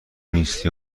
نیستی